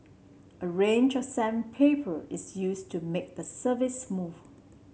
a range of sandpaper is used to make the surface smooth